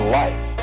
life